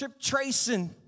tracing